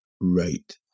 right